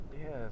Yes